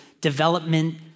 development